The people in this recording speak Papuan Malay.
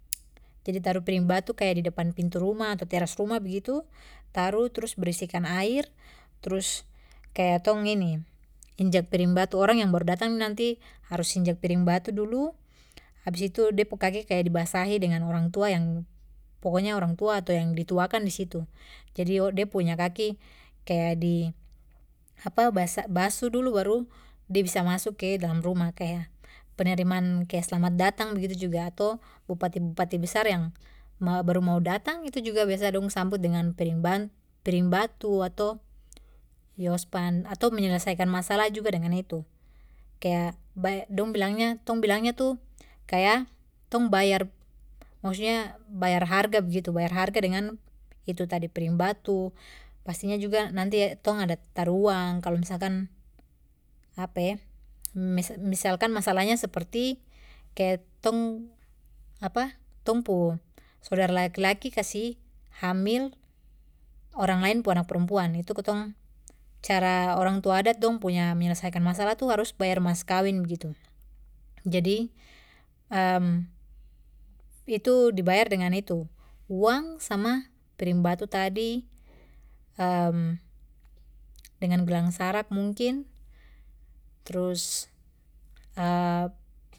Jadi taruh piring batu kaya di depan pintu rumah ato teras rumah begitu taruh trus berisikan air trus kaya tong ini injak piring batu orang yang baru datang nanti harus injak piring batu dulu habis itu de pu kaki kaya dibasahi dengan orang tua yang pokoknya orang tua ato yang dituakan disitu jadi oh de punya kaki kaya di basah-basuh dulu baru de bisa masuk ke dalam rumah kaya penerimaan kaya selamat datang begitu juga ato bupati bupati besar yang mau baru mau datang itu juga biasa dong sambut dengan piring ban-piring batu ato yospan ato menyelesaikan masalah juga dengan itu, kaya bay dong bilangnya tong bilangnya kaya tong bayar maksudnya bayar harga begitu bayar harga dengan itu tadi piring batu pastinya juga nanti tong ada taruh uang kalo misalkan mis-misalkan masalahnya seperti kaya tong tong pu sodara laki laki kasih hamil orang lain pu anak perempuan itu tong cara orang tua adat dong punya menyelesaikan masalah itu harus bayar maskawin begitu, jadi itu dibayar dengan itu uang sama piring batu tadi dengan gelang sarak mungkin trus.